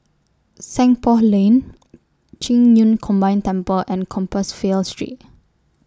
Seng Poh Lane Qing Yun Combined Temple and Compassvale Street